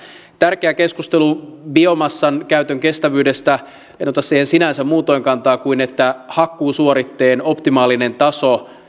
tärkeä keskustelu biomassan käytön kestävyydestä en ota siihen sinänsä muutoin kantaa kuin että hakkuusuoritteen optimaalinen taso